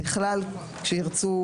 בכלל כשירצו,